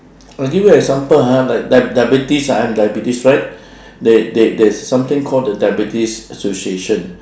I give you example ah like di~ diabetes ah I have diabetes right there there there is something called the diabetes association